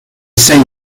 same